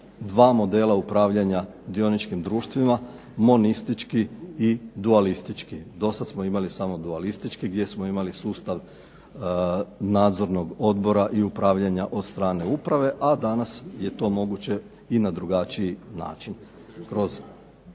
dva modela upravljanja dioničkim društvima monistički i dualistički. Do sad smo imali samo dualistički gdje smo imali sustav nadzornog odbora i upravljanja od strane uprave, a danas je to moguće i na drugačiji način